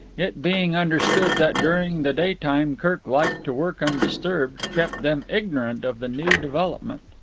it being understood that during the daytime kirk liked to work undisturbed, kept them ignorant of the new development.